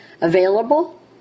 available